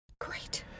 Great